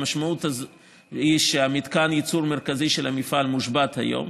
המשמעות היא שמתקן הייצור המרכזי של המפעל מושבת היום,